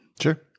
Sure